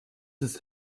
ist